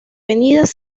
venidas